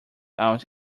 out